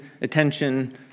attention